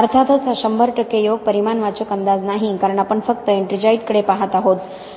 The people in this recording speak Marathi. अर्थातच हा 100 टक्के योग्य परिमाणवाचक अंदाज नाही कारण आपण फक्त एट्रिंजाइटकडे पाहत आहोत